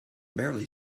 barely